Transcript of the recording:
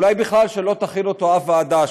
אולי בכלל לא תכין אותו אף ועדה,